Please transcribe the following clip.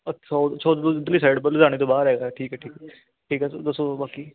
ਅੱਛਾ ਉ ਉੱਧਰਲੀ ਸਾਈਡ ਲੁਧਿਆਣੇ ਤੋਂ ਬਾਹਰ ਹੈਗਾ ਠੀਕ ਹੈ ਠੀਕ ਹੈ ਠੀਕ ਹੈ ਤੁਸੀਂ ਦੱਸੋ ਬਾਕੀ